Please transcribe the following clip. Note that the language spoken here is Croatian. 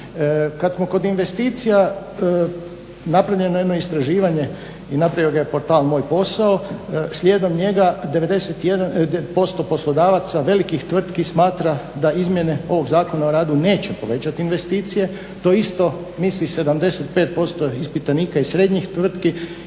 Kad smo kod investicija napravljeno je jedno istraživanje i napravio ga je portal Moj posao, slijedom njega 91% poslodavaca velikih tvrtki smatra da izmjene ovog Zakona neće povećati investicije, to isto misli 75% ispitanika iz srednjih tvrtki